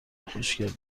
خوشگل